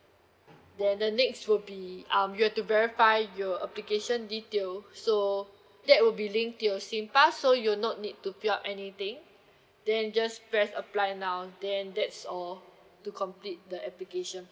then the next will be um you have to verify your application detail so that will be link to your sing pass so you'll not need to build up anything then you just press apply now then that's all to complete the application